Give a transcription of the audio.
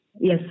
Yes